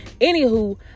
anywho